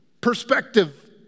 perspective